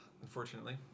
Unfortunately